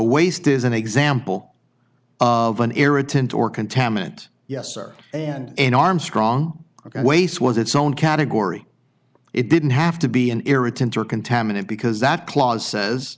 waste is an example of an irritant or contaminant yes sir and in armstrong ok waste was its own category it didn't have to be an irritant or contaminate because that clause says